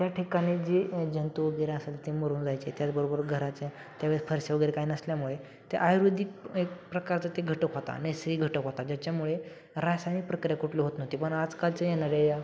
त्या ठिकाणी जे जंतू वगेरे असेल ते मरून जायचे त्याचबरोबर घराच्या त्यावेळेस फरशा वगैरे काय नसल्यामुळे ते आयुर्वेदिक एक प्रकारचं ते घटक होता नैसर्गिक घटक होता ज्याच्यामुळे रासायनिक प्रक्रिया कुठली होत नव्हती पण आजकालच्या येणाऱ्या या